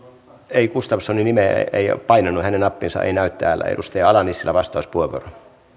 ei ole gustafssonin nimeä ei ole painanut hänen nappinsa ei näy täällä edustaja ala nissilä vastauspuheenvuoro